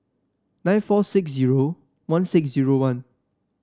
nine four six zero one six zero one